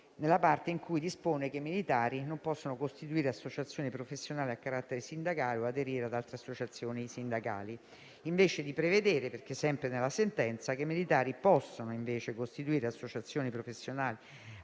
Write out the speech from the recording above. nella parte in cui dispone che i militari non possono costituire associazioni professionali a carattere sindacale o aderire ad altre associazioni sindacali, anziché prevedere - sempre nella sentenza - che i militari possono costituire associazioni professionali